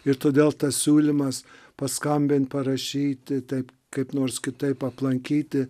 ir todėl tas siūlymas paskambint parašyti taip kaip nors kitaip aplankyti